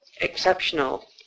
exceptional